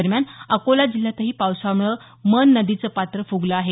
दरम्यान अकोला जिल्ह्यातही पावसामुळे मन नदीचं पात्र फुगलं आहे